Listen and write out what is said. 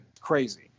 Crazy